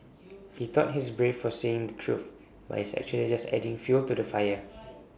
he thought he's brave for saying the truth but he's actually just adding fuel to the fire